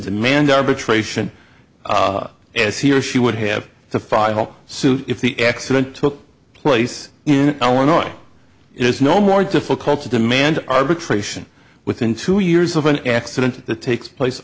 demand arbitration as he or she would have to file suit if the accident took place in illinois it is no more difficult to demand arbitration within two years of an accident that takes place